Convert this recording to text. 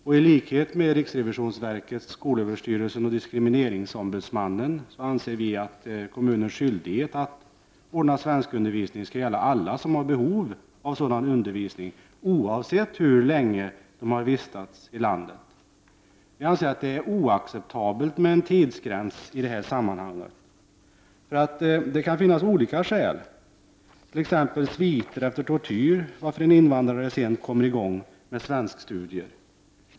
I likhet med riksrevisionsverket, skolöverstyrelsen och diskrimineringsombudsmannen anser vi att kommunernas skyldighet att ordna svenskundervisning skall gälla alla som har behov av sådan undervisning oavsett hur länge de har vistats i landet. Vi anser att det är oacceptabelt med en tidsgräns i det här sammanhanget. Det kan finnas olika skäl, t.ex. sviter efter tortyr, för att en invandrare sent kommer i gång med svenskstudier.